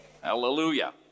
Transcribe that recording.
Hallelujah